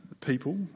people